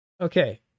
Okay